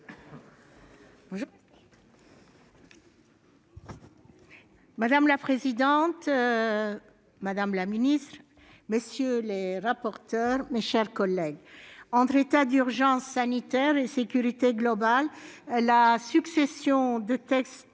Madame la présidente, madame la ministre, mes chers collègues, entre états d'urgence sanitaire et sécurité globale, la succession de textes